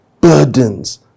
burdens